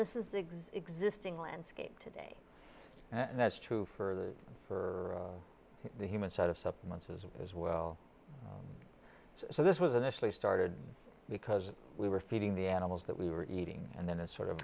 this is the existing landscape today that's true for the for the human side of supplements is as well so this was initially started because we were feeding the animals that we were eating and then a sort of